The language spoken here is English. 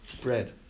bread